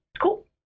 cool